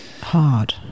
hard